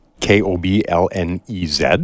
K-O-B-L-N-E-Z